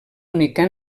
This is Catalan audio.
única